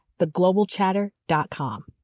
theglobalchatter.com